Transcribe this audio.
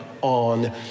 on